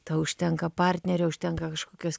tau užtenka partnerio užtenka kažkokios